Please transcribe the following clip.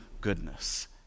goodness